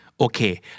Okay